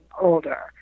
older